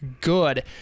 good